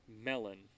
melon